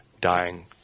dying